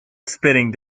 spitting